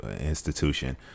institution